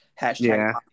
Hashtag